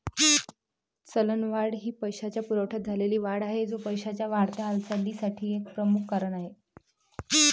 चलनवाढ ही पैशाच्या पुरवठ्यात झालेली वाढ आहे, जो पैशाच्या वाढत्या हालचालीसाठी एक प्रमुख कारण आहे